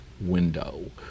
window